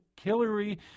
Hillary